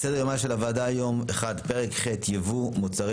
על סדר יומה של הוועדה היום: פרק ח' (יבוא מוצרי